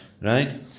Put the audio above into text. Right